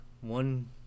one